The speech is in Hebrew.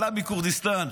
עלה מכורדיסטן,